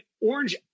Orange